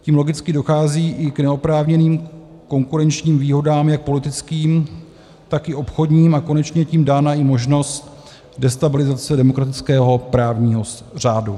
Tím logicky dochází i k neoprávněným konkurenčním výhodám jak politickým, tak i obchodním a konečně je tím dána i možnost destabilizace demokratického právního řádu.